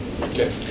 Okay